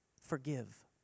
forgive